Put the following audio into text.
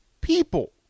people